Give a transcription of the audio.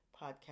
podcast